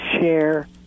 share